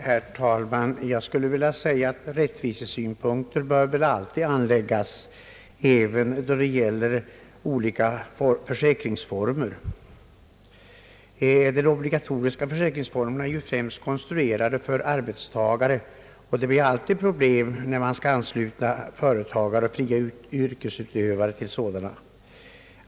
Herr talman! Jag skulle vilja säga att rättvisesynpunkter väl alltid bör anläggas även då det gäller olika försäkringsformer. De obligatoriska försäkringsformerna är främst konstruerade för arbetstagare, och det uppstår alltid problem, när man skall anluta företagare och fria yrkesutövare till sådana försäkringssystem.